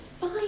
fine